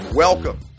Welcome